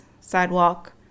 sidewalk